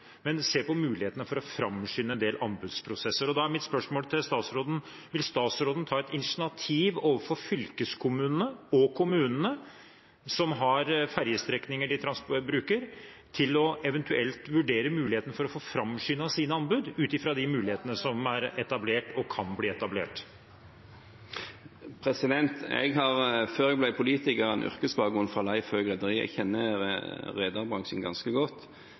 men ser på muligheter for å framskynde en del anbudsprosesser. Da er mitt spørsmål til statsråden om han vil ta initiativ overfor fylkeskommunene og kommunene som har ferjestrekninger de bruker, til eventuelt å vurdere muligheten for å få framskyndet sine anbud, ut fra de mulighetene som er etablert, og som kan bli etablert. Jeg har, før jeg ble politiker, en yrkesbakgrunn fra rederiet Leif Høegh. Jeg kjenner rederbransjen ganske godt,